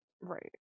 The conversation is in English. Right